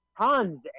tons